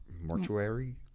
mortuary